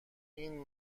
این